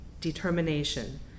determination